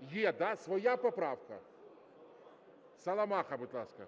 Є, да, своя поправка? Саламаха, будь ласка.